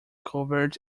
covered